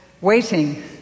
waiting